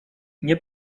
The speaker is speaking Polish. nie